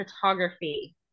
Photography